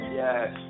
yes